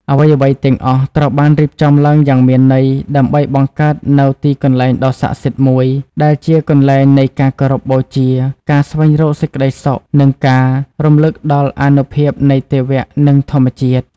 អ្វីៗទាំងអស់ត្រូវបានរៀបចំឡើងយ៉ាងមានន័យ ដើម្បីបង្កើតនូវទីកន្លែងដ៏ស័ក្តិសិទ្ធិមួយ ដែលជាកន្លែងនៃការគោរពបូជា ការស្វែងរកសេចក្តីសុខ និងការរំលឹកដល់អានុភាពនៃទេវៈ និងធម្មជាតិ។